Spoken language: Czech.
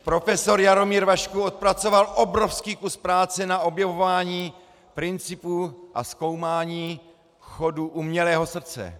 Profesor Jaromír Vašků odpracoval obrovský kus práce na objevování principů a zkoumání chodu umělého srdce.